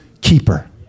keeper